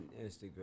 Instagram